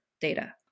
data